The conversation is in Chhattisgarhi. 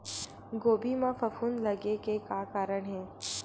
गोभी म फफूंद लगे के का कारण हे?